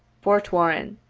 fort warren,